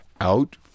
out